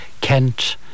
Kent